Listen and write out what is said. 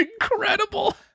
incredible